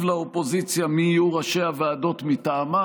לאופוזיציה מי יהיו ראשי הוועדות מטעמה,